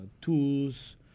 tools